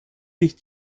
sich